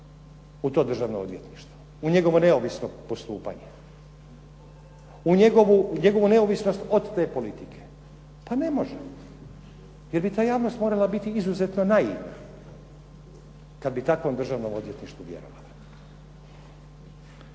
u to Državno odvjetništvo, u njegovo neovisno postupanje, u njegovu neovisnost od te politike? Pa ne može, jer bi ta javnost morala biti izuzetno naivna kad bi takvom Državnom odvjetništvu vjerovala.